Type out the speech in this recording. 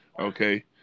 okay